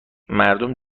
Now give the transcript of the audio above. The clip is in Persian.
مردم